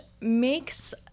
makes